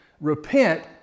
repent